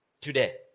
Today